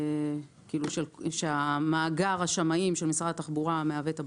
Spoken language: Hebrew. זה אומר שמאגר השמאים של משרד התחבורה מהווה את הבסיס,